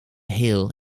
hill